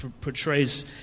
portrays